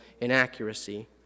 inaccuracy